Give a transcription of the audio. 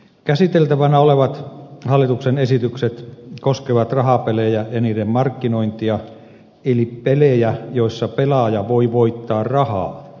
käsiteltävänä olevat hallituksen esitykset koskevat rahapelejä ja niiden markkinointia eli pelejä joissa pelaaja voi voittaa rahaa